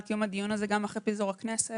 על קיום הדיון הזה גם אחרי פיזור הכנסת.